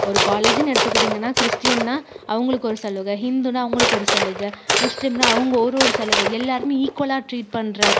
ஒரு காலேஜுன்னு எடுத்துக்கிட்டீங்கன்னா கிறிஸ்டின்னா அவங்களுக்கு ஒரு சலுகை ஹிந்துன்னா அவங்களுக்கு ஒரு சலுகை முஸ்லீம்னா அவங்க ஒரு ஒரு சலுகை எல்லோருமே ஈக்வலாக ட்ரீட் பண்ணுற